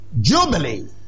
Jubilee